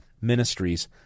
Ministries